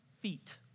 feet